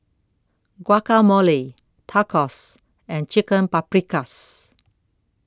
Guacamole Tacos and Chicken Paprikas